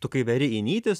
tu kai veri į nytis